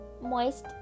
moist